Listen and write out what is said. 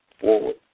forward